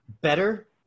Better